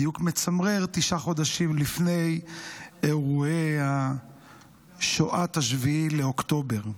בדיוק מצמרר תשעה חודשים לפני אירועי שואת ה-7 באוקטובר.